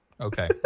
okay